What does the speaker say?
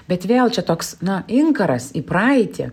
bet vėl čia toks na inkaras į praeitį